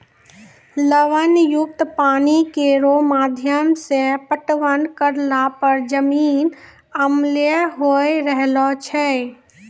लवण युक्त पानी केरो माध्यम सें पटवन करला पर जमीन अम्लीय होय रहलो छै